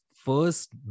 first